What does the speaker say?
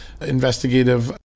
investigative